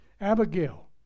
Abigail